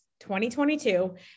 2022